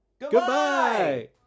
Goodbye